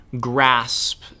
grasp